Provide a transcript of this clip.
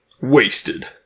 Wasted